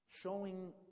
showing